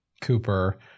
Cooper